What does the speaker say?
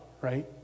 right